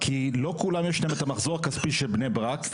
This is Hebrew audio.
כי לא לכולם יש את המחזור הכספי של בני ברק,